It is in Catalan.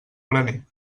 graner